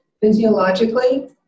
Physiologically